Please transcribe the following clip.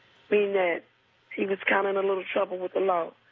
meaning that he was kind of in a little trouble with the law.